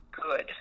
good